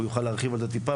על מנת שירחיב על זה טיפה.